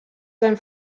sein